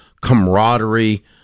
camaraderie